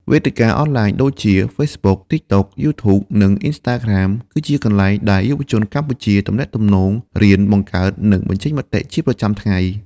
វេទិកាអនឡាញដូចជា Facebook, TikTok, YouTube និង Instagram គឺជាកន្លែងដែលយុវជនកម្ពុជាទំនាក់ទំនង រៀន បង្កើត និងបញ្ចេញមតិជាប្រចាំថ្ងៃ។